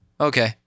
Okay